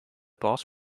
boss